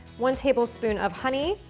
one tablespoon of honey,